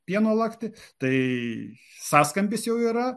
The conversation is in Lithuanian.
pieno lakti tai sąskambis jau yra